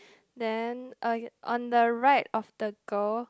then uh on the right of the girl